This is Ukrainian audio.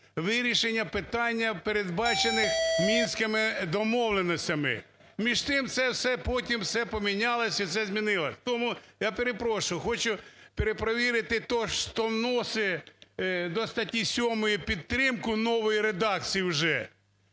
вирішення питань, передбачених Мінськими домовленостями. Між тим, це все потім все помінялося, і все змінилося. Тому, я перепрошую, хочу перепровірити те, що вносить до статті 7-ї підтримку нової редакції вже,